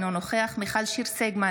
אינו נוכח מיכל שיר סגמן,